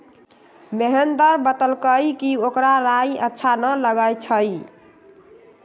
महेंदर बतलकई कि ओकरा राइ अच्छा न लगई छई